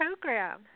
program